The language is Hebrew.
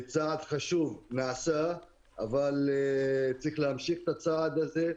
צעד חשוב נעשה אבל צריך להמשיך את הצעד הזה,